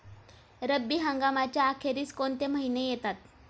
रब्बी हंगामाच्या अखेरीस कोणते महिने येतात?